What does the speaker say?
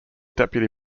deputy